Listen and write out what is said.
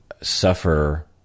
suffer